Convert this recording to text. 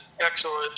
excellent